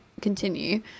continue